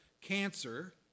cancer